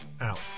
out